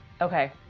Okay